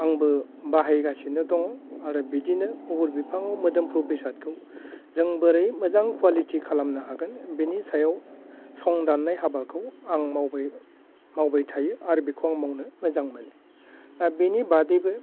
आंबो बाहायगासिनो दङ आरो बिदिनो अगरु बिफाङाव मोदोमफ्रु बेसादखौ जों बोरै मोजां कुवालिटि खालामनो हागोन बिनि सायाव सं दाननाय हाबाखौ आं मावबाय मावबाय थायो आर बेखौ आं मावनो मोजां मोनो दा बेनि बादैबो